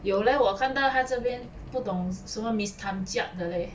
有 leh 我看到他这边不懂什么 miss tam jiak 的 leh